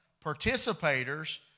participators